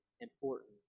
important